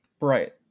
Right